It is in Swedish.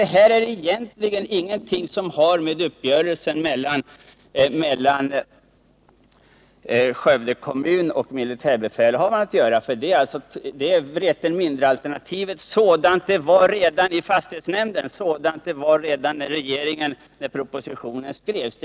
Det här är egentligen ingenting som har med uppgörelsen mellan Skövde kommun och militärbefälhavaren att göra, för det är Vreten mindrealternativet sådant det var redan i fastighetsnämnden och sådant det var redan när propositionen skrevs.